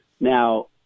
Now